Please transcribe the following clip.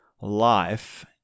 life